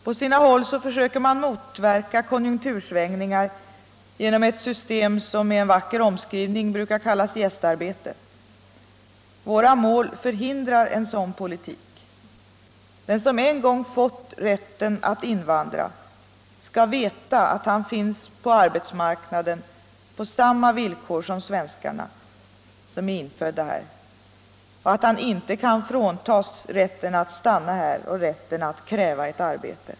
På sina håll försöker man motverka konjunktursvängningar genom ett system som med en vacker omskrivning brukar kallas gästarbete. Våra mål förhindrar en sådan politik. Den som en gång fått rätten att invandra skall veta att han finns på arbetsmarknaden på samma villkor som de infödda svenskarna och att han inte kan fråntas rätten att stanna här och rätten att kräva ett arbete.